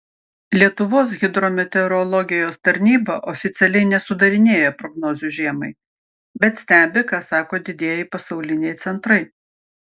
lietuvos hidrometeorologijos tarnyba oficialiai nesudarinėja prognozių žiemai bet stebi ką sako didieji pasauliniai centrai